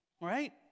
right